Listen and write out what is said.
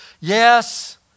Yes